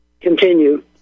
Continue